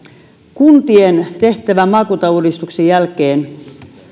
kuntien tehtävä maakuntauudistuksen jälkeen